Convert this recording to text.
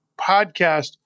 podcast